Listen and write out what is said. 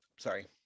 sorry